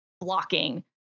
blocking